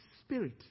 spirit